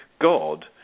god